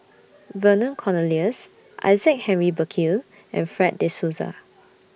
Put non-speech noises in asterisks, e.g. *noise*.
*noise* Vernon Cornelius Isaac Henry Burkill and Fred De Souza